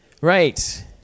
right